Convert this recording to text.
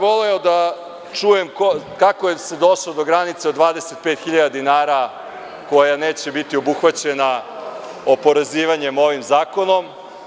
Voleo bih da čujem kako se došlo do granice od 25.000 dinara, koja neće biti obuhvaćena oporezivanjem ovim zakonom.